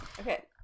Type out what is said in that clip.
Okay